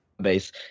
base